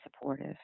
supportive